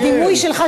בדימוי שלך,